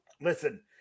Listen